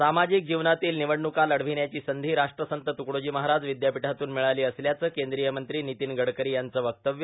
सामाजिक जीवनातील निवडणुका लढविण्याची संधी राष्ट्रसंत तुकडोजी महाराज विद्यापीठातून मिळाली असल्याचं केंद्रीय मंत्री नितीन गडकरी यांचं वक्तव्य